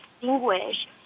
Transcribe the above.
distinguish